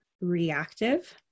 reactive